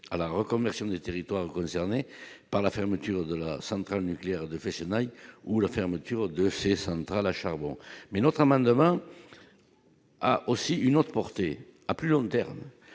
à la reconversion des territoires concernés par la fermeture de la centrale nucléaire de Fessenheim ou la fermeture de ces centrales à charbon, mais notre amendement a aussi une autre portée à plus long terme,